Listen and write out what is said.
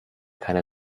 keine